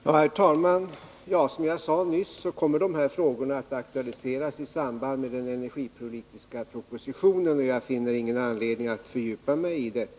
Herr talman! Som jag sade nyss kommer de här frågorna att aktualiseras i samband med den energipolitiska propositionen, och därför finner jag ingen anledning att nu fördjupa mig i dem.